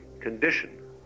condition